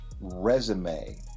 resume